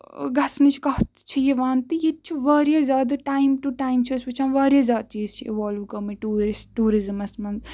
گژھنٕچ کتھ چھِ یِوان تہٕ ییٚتہِ چھُ واریاہ زیادٕ ٹایم ٹُوٚ ٹایم چھِ أسۍ وُچھان واریاہ زیادٕ چیٖز چھ اِوالو گٔمٕتۍ ٹیورِسٹ ٹیٚورِزٕمس منٛز